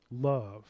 love